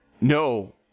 No